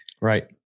Right